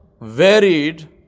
varied